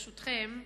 ברשותכם,